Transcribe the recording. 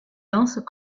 danses